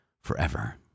forever